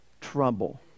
trouble